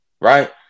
right